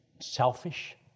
selfish